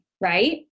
Right